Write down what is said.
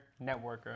networker